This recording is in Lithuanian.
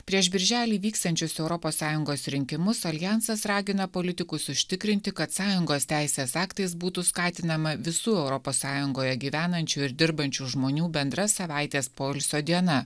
prieš birželį vyksiančius europos sąjungos rinkimus aljansas ragina politikus užtikrinti kad sąjungos teisės aktais būtų skatinama visų europos sąjungoje gyvenančių ir dirbančių žmonių bendra savaitės poilsio diena